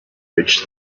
reached